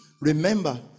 Remember